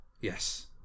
yes